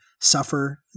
suffer